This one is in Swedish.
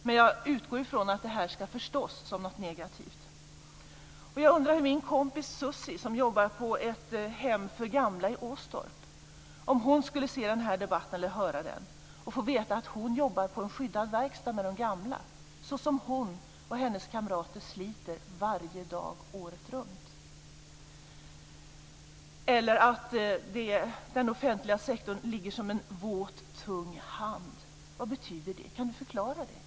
Men jag utgår från att det i det här fallet ska förstås som någonting negativt. Tänk om min kompis Sussi, som jobbar på ett hem för gamla i Åstorp, skulle se eller höra den här debatten. Jag undrar vad hon skulle tycka om att få veta att hon jobbar i en skyddad verkstad med de gamla, så som hon och hennes kamrater sliter varje dag året runt? Vad betyder det att den offentliga sektorn ligger som en våt, tung hand? Kan Christel Anderberg förklara det?